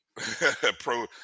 Pro